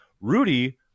Rudy